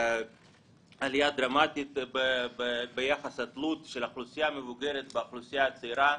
עלייה דרמטית ביחס התלות של האוכלוסייה המבוגרת באוכלוסייה הצעירה,